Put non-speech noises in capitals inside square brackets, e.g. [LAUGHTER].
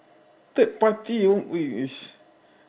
third party eh [NOISE]